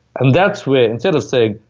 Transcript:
and that's where, instead of saying,